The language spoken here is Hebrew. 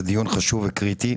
זה דיון חשוב וקריטי.